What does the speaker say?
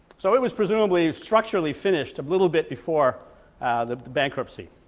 so it was presumably structurally finished a little bit before the bankruptcy.